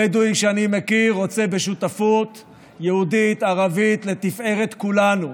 הבדואי שאני מכיר רוצה בשותפות יהודית-ערבית לתפארת כולנו,